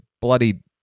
bloody